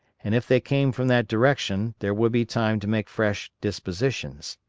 and if they came from that direction, there would be time to make fresh dispositions.